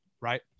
right